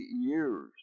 years